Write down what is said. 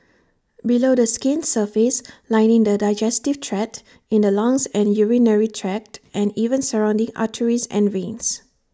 below the skin's surface lining the digestive tract in the lungs and urinary tract and even surrounding arteries and veins